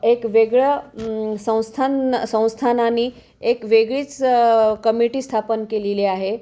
एक वेगळं संस्थान संस्थानानी एक वेगळीच कमिटी स्थापन केलेली आहे